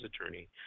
attorney